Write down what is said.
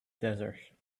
desert